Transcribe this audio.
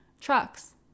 trucks